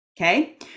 Okay